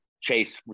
chase